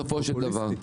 פופוליסטי.